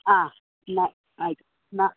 ആ ന്നാ ആയി ന്നാ